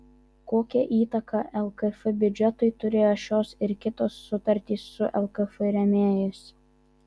kokią įtaką lkf biudžetui turėjo šios ir kitos sutartys su lkf rėmėjais